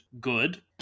good